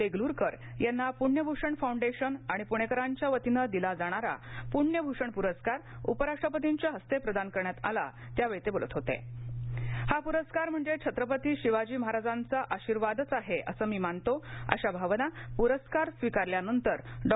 दक्रिकर यांना पुण्य भूषण फाऊंडध्म आणि पुणक्रिंच्यावतीनं दिला जाणारा पुण्य भूषण पुरस्कार उपराष्ट्रपतींच्या हस्तक्रिदान करण्यात आला त्यावळी तक्रिलत होता डिा पुरस्कार म्हणजव्वित्रपती शिवाजी महाराजांचा आशीर्वादच आहञिसं मी मानतो अशा भावना पुरस्कार स्वीकारल्यानंतर डॉ